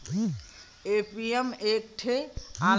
Paytm एक ठे online पइसा भरे के ऐप हउवे